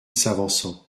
s’avançant